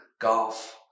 golf